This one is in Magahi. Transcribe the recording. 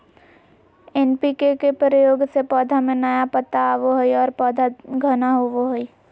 एन.पी.के के प्रयोग से पौधा में नया पत्ता आवो हइ और पौधा घना होवो हइ